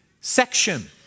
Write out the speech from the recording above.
section